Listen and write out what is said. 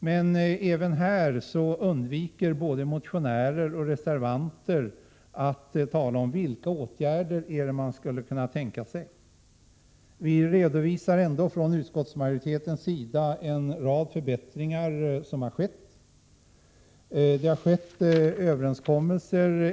Men även här undviker både motionärer och reservanter att tala om vilka åtgärder de skulle kunna tänka sig. Vi redovisar ändå från utskottsmajoritetens sida en rad förbättringar som har skett.